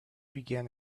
began